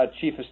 chief